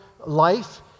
Life